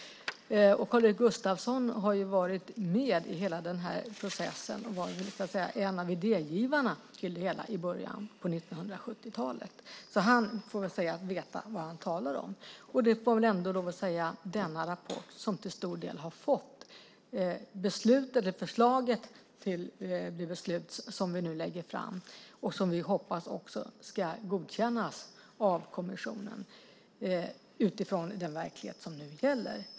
Karl-Erik Gustafsson har varit med i hela den här processen och var så att säga en av idégivarna till det hela i början på 1970-talet. Han får alltså sägas veta vad han talar om. Det får man väl ändå lov att säga att det är denna rapport som till stor del har legat till grund för det förslag till beslut som vi nu lägger fram och som vi hoppas ska godkännas av kommissionen utifrån den verklighet som nu gäller.